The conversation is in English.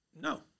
No